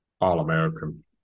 all-American